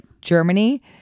Germany